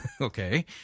Okay